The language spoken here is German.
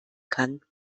kann